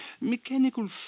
mechanical